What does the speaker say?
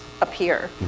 appear